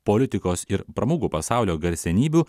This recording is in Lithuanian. politikos ir pramogų pasaulio garsenybių